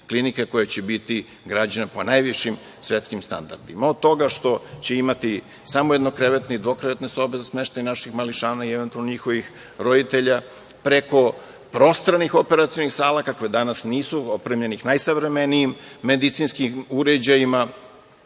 klinika koja će biti građena po najvišim svetskim standardima. Od toga što će imati samo jednokrevetne i dvokrevetne sobe za smeštaj naših mališana i eventualno njihovih roditelja, preko prostranih operacionih sala, kakve danas nisu, opremljene najsavremenijim medicinskim uređajima